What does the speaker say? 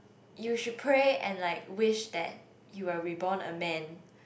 you should pray and like wish that you are reborn a man